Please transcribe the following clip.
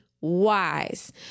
wise